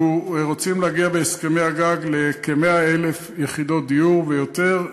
אנחנו רוצים להגיע בהסכמי הגג לכ-100,000 יחידות דיור ויותר.